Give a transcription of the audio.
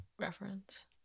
reference